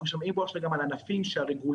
אנחנו שומעים כאן עכשיו על ענפים שהרגולציה